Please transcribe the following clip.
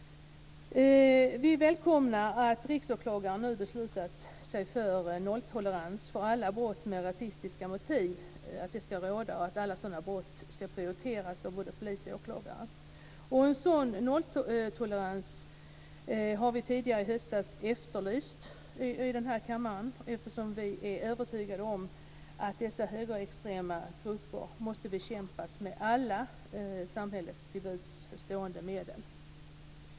Vi välkomnar att Riksåklagaren nu beslutat sig för att nolltolerans ska råda för alla brott med rasistiska motiv och att alla sådana brott ska prioriteras av både polis och åklagare. En sådan nolltolerans har vi i höstas efterlyst i denna kammare, eftersom vi är övertygade om att dessa högerextrema grupper måste bekämpas med alla samhällets till buds stående medel.